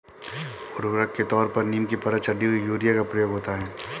उर्वरक के तौर पर नीम की परत चढ़ी हुई यूरिया का प्रयोग होता है